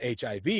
HIV